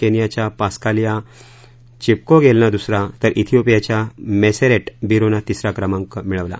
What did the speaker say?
केनियाच्या पास्कालिया चिपकोगेलनं दुसरा तर थिओपियाच्या मेसरेट बिरुनं तिसरा क्रमांक मिळवला